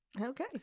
Okay